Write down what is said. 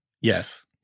Yes